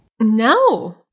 No